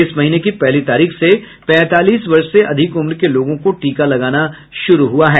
इस महीने की पहली तारीख से पैंतालीस वर्ष से अधिक उम्र के लोगों को टीका लगाना शुरू हुआ है